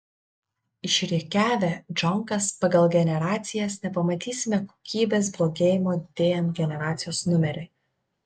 išrikiavę džonkas pagal generacijas nepamatysime kokybės blogėjimo didėjant generacijos numeriui